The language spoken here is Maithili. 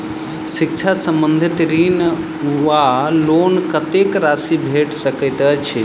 शिक्षा संबंधित ऋण वा लोन कत्तेक राशि भेट सकैत अछि?